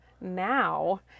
now